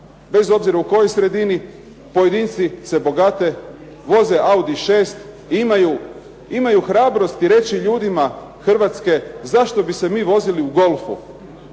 bez obzira u kojoj sredini, pojedinci se bogate, voze Audi 6 i imaju hrabrosti reći ljudima Hrvatske zašto bi se mi vozili u Golfu,